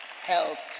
helped